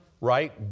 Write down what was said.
right